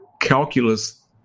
calculus